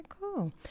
cool